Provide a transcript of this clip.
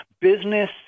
business